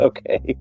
Okay